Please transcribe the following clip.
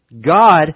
God